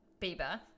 Bieber